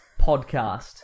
podcast